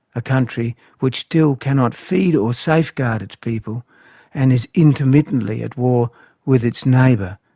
a country which still cannot feed or safeguard its people and is intermittently at war with its neighbour,